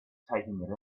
taking